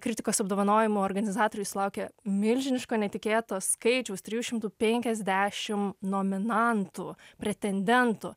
kritikos apdovanojimų organizatoriai sulaukė milžiniško netikėto skaičiaus trijų šimtų penkiasdešim nominantų pretendentų